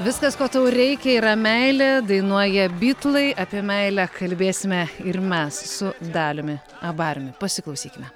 viskas ko tau reikia yra meilė dainuoja bitlai apie meilę kalbėsime ir mes su daliumi abariumi pasiklausykime